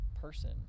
person